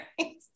right